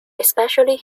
especially